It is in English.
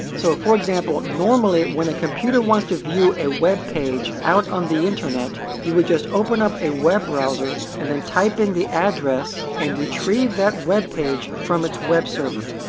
so for example, normally when a computer wants to view a web page out on the internet, you would just open up a web browser and then type in the address and retrieve that web page from its web server.